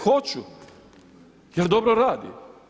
Hoću jer dobro radi.